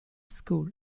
school